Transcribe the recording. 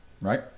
Right